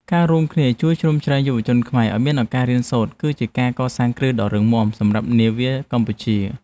ការរួមគ្នាជួយជ្រោមជ្រែងយុវជនខ្មែរឱ្យមានឱកាសរៀនសូត្រគឺជាការកសាងគ្រឹះដ៏រឹងមាំសម្រាប់នាវាកម្ពុជា។